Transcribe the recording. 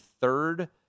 third